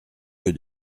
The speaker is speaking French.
que